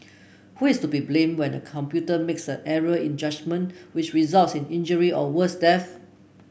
who is to be blamed when a computer makes an error in judgement which results in injury or worse death